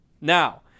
now